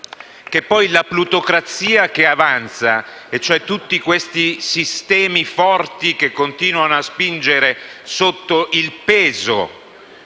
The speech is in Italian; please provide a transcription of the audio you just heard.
la plutocrazia che avanza, ossia tutti questi sistemi forti che continuano a spingere sotto il peso